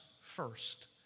first